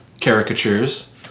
caricatures